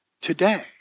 today